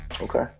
Okay